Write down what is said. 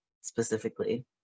specifically